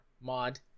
mod